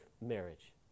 marriage